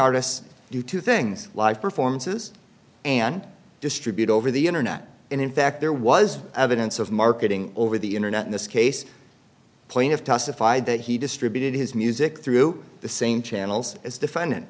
artists do two things live performances and distribute over the internet and in fact there was evidence of marketing over the internet in this case plaintiff testified that he distributed his music through the same channels as defendant